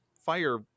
fire